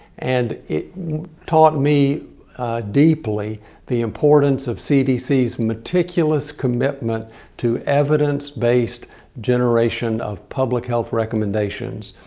and it taught me deeply the importance of cdc's meticulous commitment to evidence-based generation of public health recommendations.